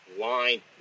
line